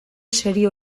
serio